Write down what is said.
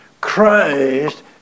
Christ